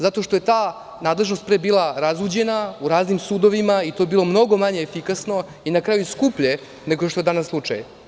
Zato što je ta nadležnost pre bila razuđena, u raznim sudovima i to je bilo mnogo manje efikasno i na kraju skuplje, nego što je danas slučaj.